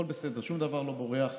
הכול בסדר, שום דבר לא בורח.